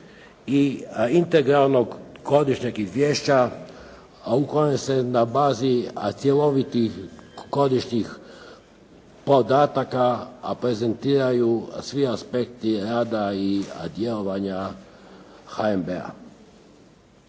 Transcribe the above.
i integralnog godišnjeg izvješća u kojem se na bazi cjelovitih godišnjih podataka prezentiraju svi aspekti rada i djelovanja HNB-a.